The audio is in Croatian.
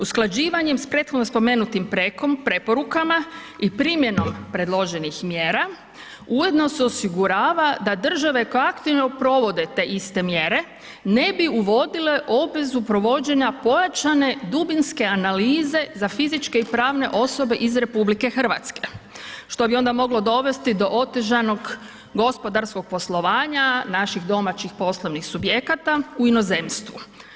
Usklađivanjem s prethodno spomenutim preporukama i primjenom predloženih mjera ujedno se osigurava da države koje aktivno provode te iste mjere ne bi uvodile obvezu provođenja pojačane dubinske analize za fizičke i pravne osobe iz Republike Hrvatske, što bi onda moglo dovesti do otežanog gospodarskog poslovanja naših domaćih poslovnih subjekata u inozemstvu.